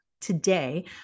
Today